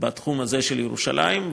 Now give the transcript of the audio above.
בתחום הזה של ירושלים,